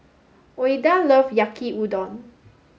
Ouida love Yaki Udon